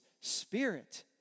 Spirit